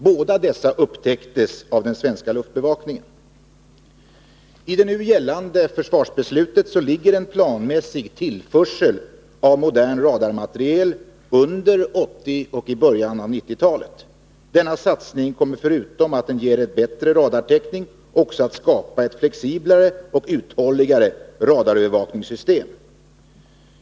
Båda dessa upptäcktes av den svenska luftbevakningen. I det nu gällande försvarsbeslutet ligger en planmässig tillförsel av modern radarmateriel under 1980-talet och i början av 1990-talet. Denna satsning kommer — förutom att den ger bättre radartäckning — också att skapa ett flexiblare och uthålligare radarövervakningssystem.